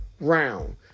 round